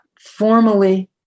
formally